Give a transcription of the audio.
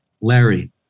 Larry